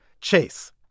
Chase